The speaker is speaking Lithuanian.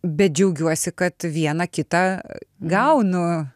bet džiaugiuosi kad vieną kitą gaunu